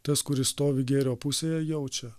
tas kuris stovi gėrio pusėje jaučia